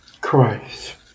christ